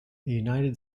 united